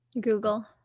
Google